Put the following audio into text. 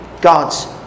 God's